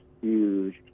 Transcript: huge